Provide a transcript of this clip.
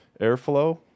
Airflow